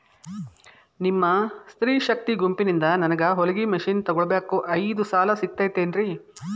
ನಿಮ್ಮ ಸ್ತ್ರೇ ಶಕ್ತಿ ಗುಂಪಿನಿಂದ ನನಗ ಹೊಲಗಿ ಮಷೇನ್ ತೊಗೋಳಾಕ್ ಐದು ಸಾಲ ಸಿಗತೈತೇನ್ರಿ?